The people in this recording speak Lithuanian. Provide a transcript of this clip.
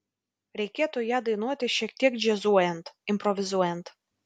reikėtų ją dainuoti šiek tiek džiazuojant improvizuojant